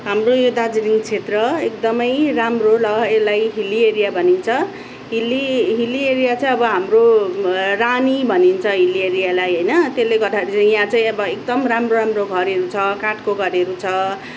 हाम्रो यो दार्जिलिङ क्षेत्र एकदमै राम्रो र यसलाई हिल्ली एरिया भनिन्छ हिल्ली हिल्ली एरिया चाहिँ अब हाम्रो रानी भनिन्छ हिल्ली एरियालाई होइन त्यसले गर्दाखेरि चाहिँ यहाँ चाहिँ अब एकदम राम्रो राम्रो घरहरू छ काठको घरहरू छ